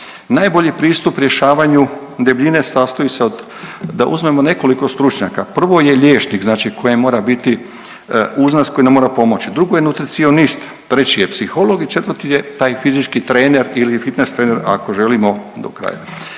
Najbolji pristup rješavanju debljine sastoji se od, da uzmemo nekoliko stručnjaka, prvo je liječnik, znači koji mora biti uz nas i koji nam mora pomoći, drugo je nutricionist, treći je psiholog i četvrti je taj fizički trener ili fitnes trener ako želimo do kraja.